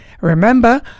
Remember